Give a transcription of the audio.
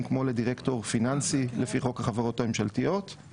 כמו לדירקטור פיננסי לפי חוק החברות הממשלתיות.